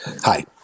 Hi